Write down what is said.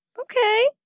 okay